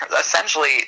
Essentially